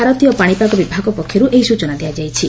ଭାରତୀୟ ପାଶିପାଗ ବିଭାଗ ପକ୍ଷରୁ ଏହି ସୂଚନା ଦିଆଯାଇଛି